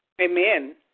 Amen